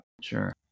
sure